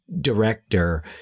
director